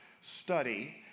study